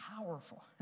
powerful